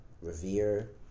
revere